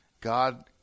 God